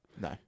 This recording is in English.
No